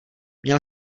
měl